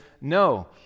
no